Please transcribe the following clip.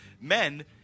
men